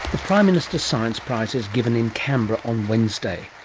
the prime minister's science prizes given in canberra on wednesday.